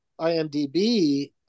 IMDB